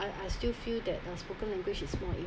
I I still feel that a spoken language is more